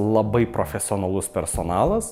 labai profesionalus personalas